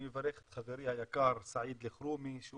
אני מברך את חברי היקר סעיד אלחרומי שהוא